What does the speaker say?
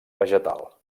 vegetal